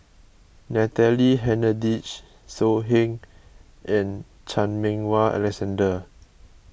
Natalie Hennedige So Heng and Chan Meng Wah Alexander